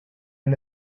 and